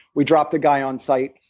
we dropped a guy on site,